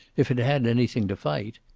if it had anything to fight!